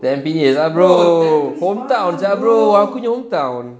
tampines ah bro hometown sia bro aku nya hometown